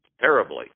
terribly